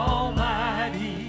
Almighty